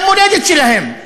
מהמולדת שלהם.